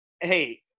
Hey